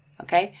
okay,